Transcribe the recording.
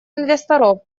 инвесторов